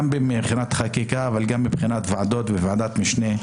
גם מבחינת חקיקה אבל גם מבחינת ועדות וועדת המשנה,